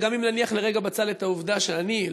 וגם אם נניח לרגע בצד את העובדה שאני,